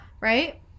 right